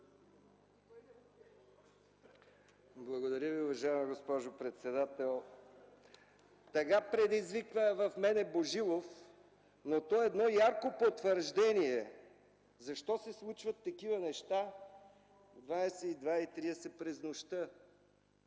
Благодаря Ви, уважаема госпожо председател. Тъга предизвиква в мене Божилов, но той е едно ярко потвърждение защо се случват такива неща в 22,30 ч. през нощта.